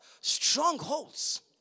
Strongholds